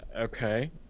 Okay